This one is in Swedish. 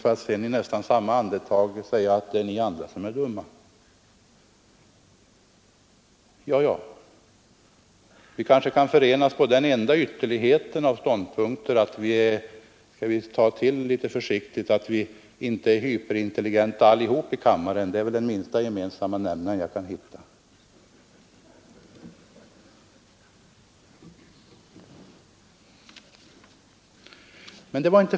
I nästa andetag säger han emellertid att det är vi andra som är dumma. Vi kanske kan förena oss i den ståndpunkten att vi, för att ta det litet försiktigt, inte är hyperintelligenta allihop i kammaren — det är den minsta gemensamma nämnare som jag kan hitta.